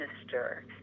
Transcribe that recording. minister